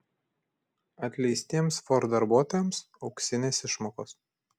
atleistiems ford darbuotojams auksinės išmokos